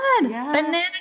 banana